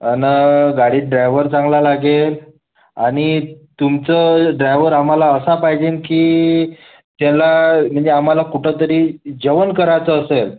आणि गाडीत ड्रायवर चांगला लागेल आणि तुमचं ड्रायवर आम्हाला असा पाहिजे की त्याला म्हणजे आम्हाला कुठंतरी जेवण करायचं असेल